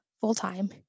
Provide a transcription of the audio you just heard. full-time